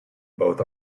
both